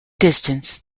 distance